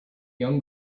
young